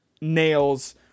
nails